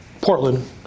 Portland